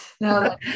no